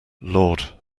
lord